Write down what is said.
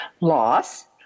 loss